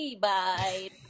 bye